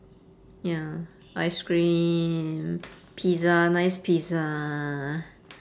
ya ice cream pizza nice pizza